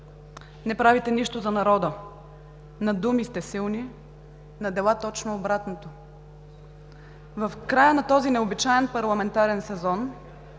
Не правите нищо за народа. На думи сте силни, на дела – точно обратното. В края на този необичаен парламентарен сезон,